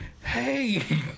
Hey